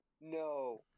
No